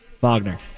Wagner